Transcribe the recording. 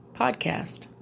podcast